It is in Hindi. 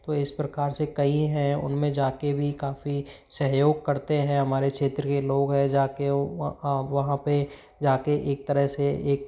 तो इस प्रकार से कई हैं उनमें जाके भी काफ़ी सहयोग करते हैं हमारे क्षेत्र के लोग हैं जाके वां वहाँ पे जाके एक तरह से एक